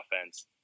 offense